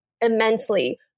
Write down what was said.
immensely